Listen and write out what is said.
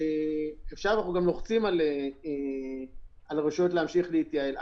ואנחנו גם לוחצים על הרשויות להמשיך להתייעל.